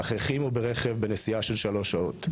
אחרי כימו ברכב בנסיעה של שלוש שעות,